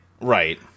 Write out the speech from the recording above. Right